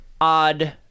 Odd